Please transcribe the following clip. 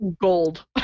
gold